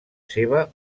seva